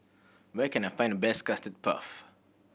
where can I find the best Custard Puff